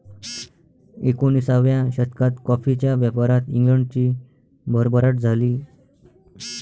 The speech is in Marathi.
एकोणिसाव्या शतकात कॉफीच्या व्यापारात इंग्लंडची भरभराट झाली